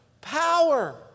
Power